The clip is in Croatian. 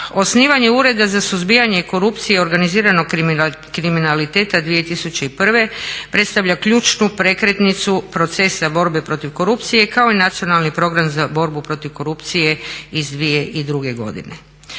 osnivanje Ureda za suzbijanje korupcije i organiziranog kriminaliteta 2001.predstavlja ključnu prekretnicu procesa borbe protiv korupcije kao i nacionalni program za borbu protiv korupcije iz 2002.godine.